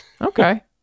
okay